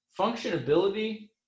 functionability